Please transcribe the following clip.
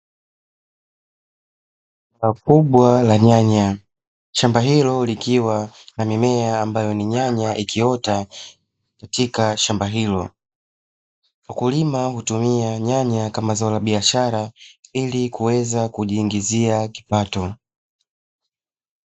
Zao kubwa la nyanya shamba hilo likiwa na mimea ambayo ni nyanya ikiota katika shamba hilo. Mkulima hutumia nyanya kama zao la biashara ili kuweza kujiingizia kipato.